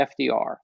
FDR